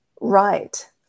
right